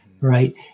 right